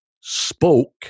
spoke